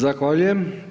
Zahvaljujem.